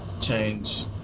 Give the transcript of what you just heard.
Change